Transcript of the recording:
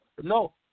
no